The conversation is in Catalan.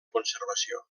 conservació